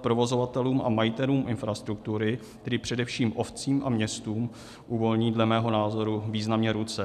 provozovatelům a majitelům infrastruktury, tedy především obcím a městům, uvolní dle mého názoru významně ruce.